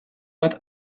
bat